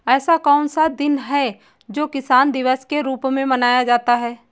ऐसा कौन सा दिन है जो किसान दिवस के रूप में मनाया जाता है?